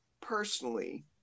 personally